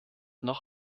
noch